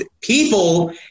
people